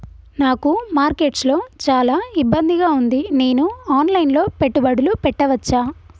నాకు మార్కెట్స్ లో చాలా ఇబ్బందిగా ఉంది, నేను ఆన్ లైన్ లో పెట్టుబడులు పెట్టవచ్చా?